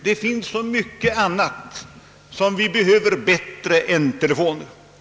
Det finns så mycket annat som vi behöver bättre än telefoner.